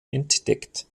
entdeckt